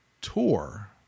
tour